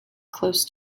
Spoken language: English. close